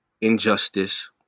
injustice